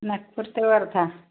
नागपूर ते वर्धा